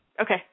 Okay